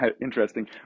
interesting